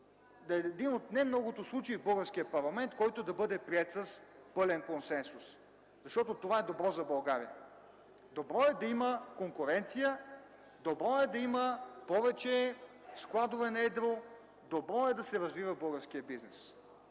да е един от не многото случаи в българския парламент, който да бъде приет с пълен консенсус, защото това е добро за България. Добре е да има конкуренция, добре е да има повече складове на едро, добре е да се развива българският бизнес.